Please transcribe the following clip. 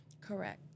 Correct